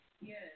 Yes